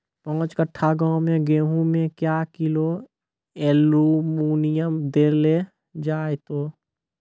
पाँच कट्ठा गांव मे गेहूँ मे क्या किलो एल्मुनियम देले जाय तो?